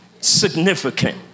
significant